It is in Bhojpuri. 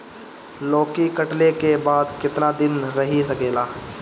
लौकी कटले के बाद केतना दिन रही सकेला?